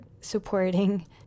supporting